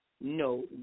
no